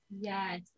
yes